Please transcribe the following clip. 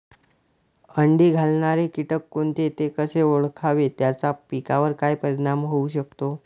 अंडी घालणारे किटक कोणते, ते कसे ओळखावे त्याचा पिकावर काय परिणाम होऊ शकतो?